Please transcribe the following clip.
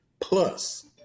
plus